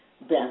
best